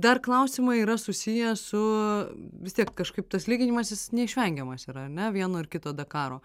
dar klausimai yra susiję su vis tiek kažkaip tas lyginimasis neišvengiamas yra ar ne vieno ar kito dakaro